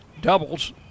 Doubles